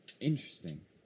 Interesting